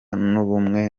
n’ubumwe